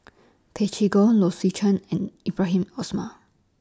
Tay Chee Toh Low Swee Chen and Ibrahim Osmar